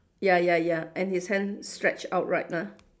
ya ya ya and his hand stretch out right lah